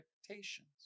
expectations